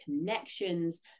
connections